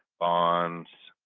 bonds,